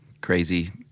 Crazy